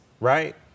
right